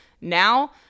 now